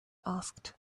asked